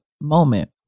moment